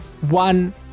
one